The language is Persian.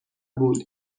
بود